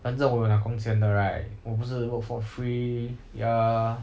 反正我有拿工钱的 right 我不是 work for free ya